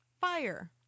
Fire